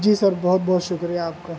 جی sir بہت بہت شکریہ آپ کا